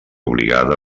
obligada